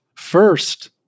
First